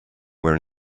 were